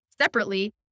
Separately